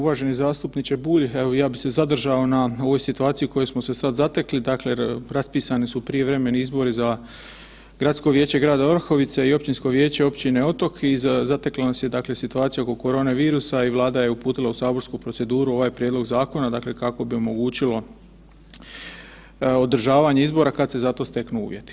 Uvaženi zastupniče Bulj, evo ja bih se zadržao na ovoj situaciji u kojoj smo se sad zatekli, dakle raspisani su prijevremeni izbori za Gradsko vijeće grada Orahovice i Općinsko vijeće općine Otok i zatekla nas je dakle situacija oko korona virusa i Vlada je uputila u saborsku proceduru ovaj prijedlog zakona, dakle kako bi omogućila održavanje izbora kad se za to steknu uvjeti.